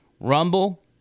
Rumble